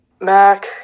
Mac